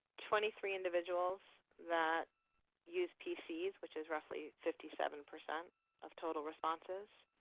twenty three individuals that use pcs, which is roughly fifty seven percent of total responses.